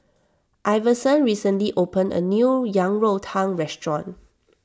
Iverson recently opened a new Yang Rou Tang restaurant